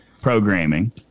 programming